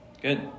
Good